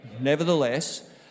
Nevertheless